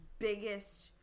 biggest